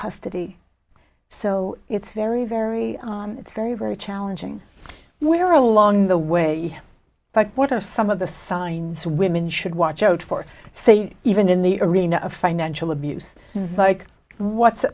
custody so it's very very it's very very challenging when you are along the way but what are some of the signs women should watch out for say even in the arena of financial abuse like what's